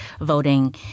voting